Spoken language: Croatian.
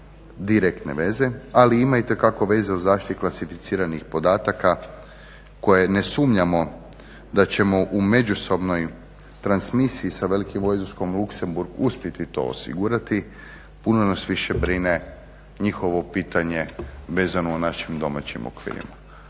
direktne veze ali ima itekako veze u zaštiti klasificiranih podataka koje ne sumnjamo da ćemo u međusobnoj transmisiji sa Velikim Vojvodstvom Luxemburg uspjeti to osigurati, puno nas više brine njihovo pitanje vezano u našim domaćim okvirima.